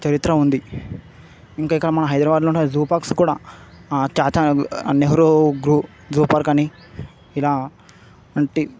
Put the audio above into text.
చరిత్ర ఉంది ఇంకా ఇక మన హైదరాబాద్లో ఉన్న జూ పార్క్స్ కూడా Chacha Nehru zoo zoo park అని ఇలా అంటి